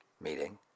meeting